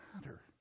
matter